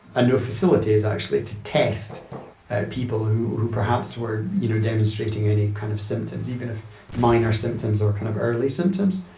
ah no facilities actually, to test people who who perhaps were you know demonstrating any kind of symptoms, even if minor symptoms or kind of early symptoms.